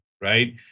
right